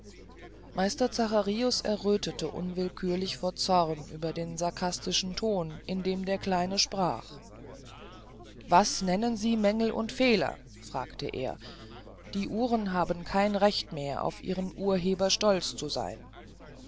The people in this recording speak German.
meister zacharius erröthete unwillkürlich vor zorn über den sarkastischen ton in dem der kleine sprach was nennen sie mängel und fehler fragte er die uhren haben kein recht mehr auf ihren urheber stolz zu sein